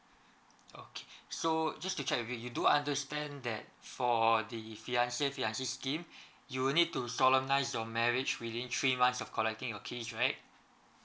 okay so just to check with you do understand that for the fiancé fiancée scheme you will need to solemnise your marriage within three months of collecting your case right